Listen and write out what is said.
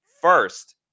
first